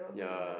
yeah